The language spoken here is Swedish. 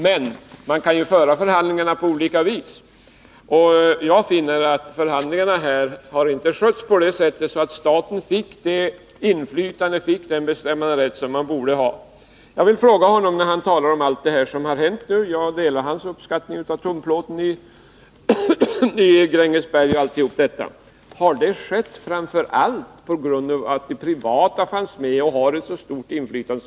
Men förhandlingar kan föras på olika vis, och jag finner att förhandlingarna i det här fallet inte har skötts på ett sådant sätt att staten fick det inflytande och den bestämmanderätt som staten borde ha haft. Jag vill ställa en fråga till industriministern i anslutning till det han sade om allt som har hänt på det här området. Samtidigt vill jag säga att jag delar hans uppskattning av framställningen av tunnplåt i Grängesberg och det han pekade på i det sammanhanget. Jag frågar: Har allt detta skett framför allt på grund av att de privata företagen fanns med i bilden och på grund av att de har ett så stort inflytande?